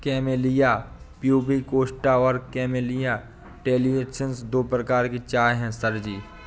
camellia pubicosta और camellia taliensis दो प्रकार की चाय है सर जी